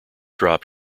drop